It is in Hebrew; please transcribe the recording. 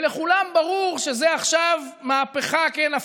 ולכולם ברור שזו עכשיו מהפכה, כן?